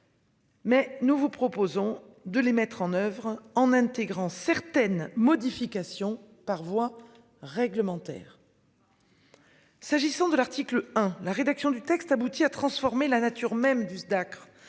Mais nous vous proposons de les mettre en oeuvre en intégrant certaines modifications par voie réglementaire. S'agissant de l'article 1, la rédaction du texte aboutit à transformer la nature même du Dacr